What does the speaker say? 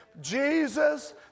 Jesus